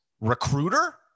recruiter